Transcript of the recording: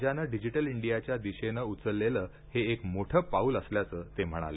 राज्याने डिजिटल इंडियाच्या दिशेने उचलेलं हे एक मोठे पाऊल असल्याचं ते म्हणाले